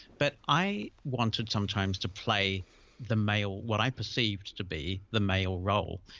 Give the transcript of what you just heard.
but i wanted sometimes to play the male what i perceived to be the male role,